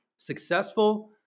Successful